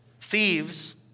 thieves